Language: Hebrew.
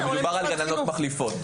מדובר על גננות מחליפות.